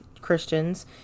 Christians